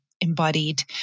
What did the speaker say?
embodied